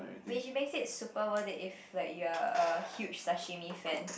which makes it super worth it if like you're a huge super sashimi fan